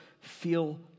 feel